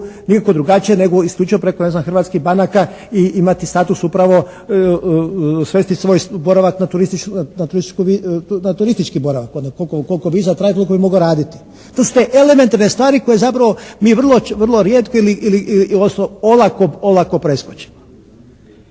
nikako drugačije nego isključivo preko ne znam hrvatskih banaka i imati status upravo svesti svoj boravak na turistički boravak, koliko viza traje toliko bi mogao raditi. To su te elementarne stvari koje zapravo mi vrlo rijetko i uostalom olako preskočimo.